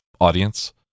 audience